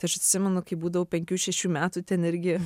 tai aš atsimenu kai būdavau penkių šešių metų ten irgi